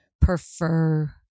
prefer